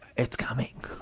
it's coming.